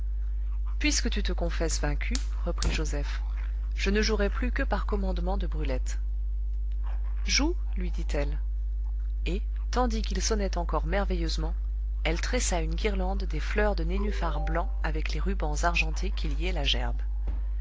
puisque tu te confesses vaincu reprit joseph je ne jouerai plus que par commandement de brulette joue lui dit-elle et tandis qu'il sonnait encore merveilleusement elle tressa une guirlande des fleurs de nénufar blanc avec les rubans argentés qui liaient la gerbe